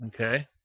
Okay